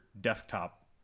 desktop